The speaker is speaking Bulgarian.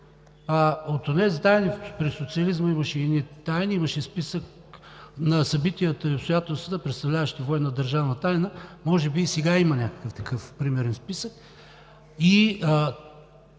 В онези тайни при социализма имаше списък на събития и обстоятелства, представляващи военна държавна тайна. Може би и сега има някакъв такъв примерен списък?!